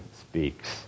speaks